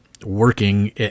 working